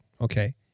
Okay